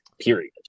period